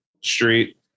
street